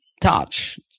touch